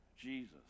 jesus